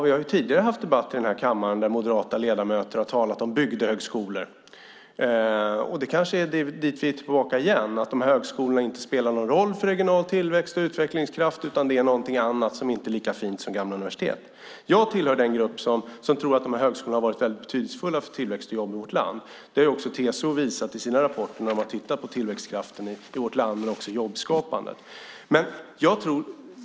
Vi har tidigare haft debatter i den här kammaren där moderata ledamöter har talat om bygdehögskolor, och det kanske är dit vi är på väg tillbaka igen - att de högskolorna inte spelar någon roll för regional tillväxt och utvecklingskraft, utan det är någonting annat och inte lika fint som gamla universitet. Jag tillhör den grupp som tror att de här högskolorna har varit väldigt betydelsefulla för tillväxt och jobb i vårt land. Det har också TCO visat i sina rapporter när de har tittat på tillväxtkraft och jobbskapande.